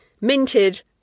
minted